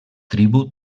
tribu